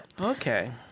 okay